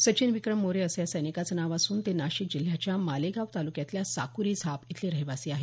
सचिन विक्रम मोरे असं या सैनिकाचं नाव असून ते नाशिक जिल्ह्याच्या मालेगाव तालुक्यातल्या साकुरी झाप इथले रहिवासी आहेत